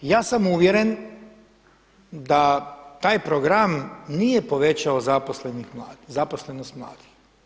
Ja sam uvjeren da taj program nije povećao zaposlenost mladih.